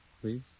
please